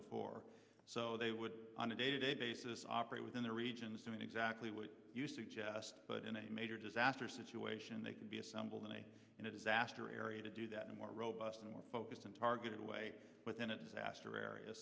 before so they would on a day to day basis operate within their regions doing exactly what you suggest but in a major disaster situation they can be assembled in a in a disaster area to do that and more robust and focused and targeted way within a faster area